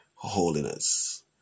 Holiness